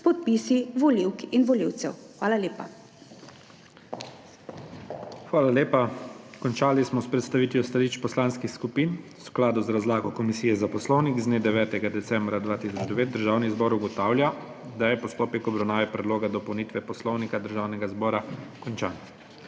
s podpisi volivk in volivcev. Hvala lepa. **PREDSEDNIK IGOR ZORČIČ:** Hvala lepa. Končali smo s predstavitvijo stališč poslanskih skupin. V skladu z razlago Komisije za poslovnik z dne 9. decembra 2009 Državni zbor ugotavlja, da je postopek obravnave Predloga dopolnitve Poslovnika državnega zbora končan.